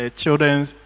children's